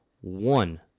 one